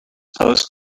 post